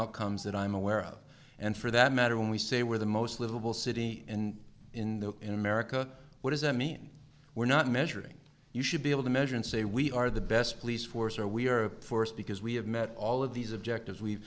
outcomes that i'm aware of and for that matter when we say we're the most livable city in in the in america what is i mean we're not measuring you should be able to measure and say we are the best police force or we are forced because we have met all of these objectives we've